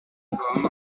home